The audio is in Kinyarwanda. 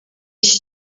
iki